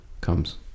comes